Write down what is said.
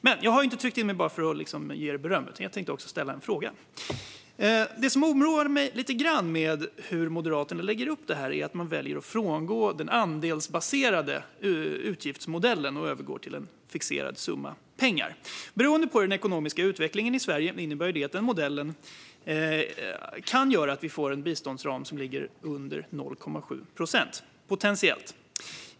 Men jag har inte begärt replik bara för att ge er beröm, utan jag tänker också ställa en fråga. Det som oroar mig lite grann med hur Moderaterna lägger upp det här är att man väljer att frångå den andelsbaserade utgiftsmodellen och övergå till en fixerad summa pengar. Beroende på den ekonomiska utvecklingen i Sverige innebär det att den modellen kan göra att vi får en biståndsram som ligger under 0,7 procent, potentiellt.